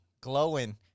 glowing